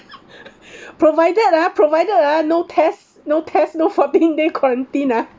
provided ah provided ah no test no test no fourteen day quarantine ah